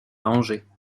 angers